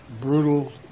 brutal